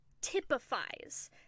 typifies